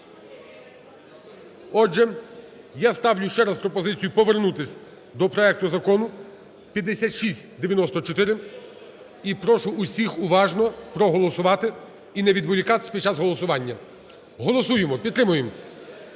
отже, я ставлю ще раз пропозицію повернутися до проекту Закону 5694 і прошу усіх уважно проголосувати, і не відволікатися під час голосування. Голосуємо, підтримуємо,